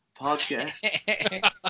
podcast